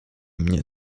mnie